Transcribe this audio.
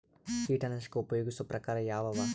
ಕೀಟನಾಶಕ ಉಪಯೋಗಿಸೊ ಪ್ರಕಾರ ಯಾವ ಅವ?